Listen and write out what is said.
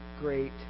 great